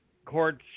Courts